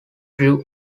grew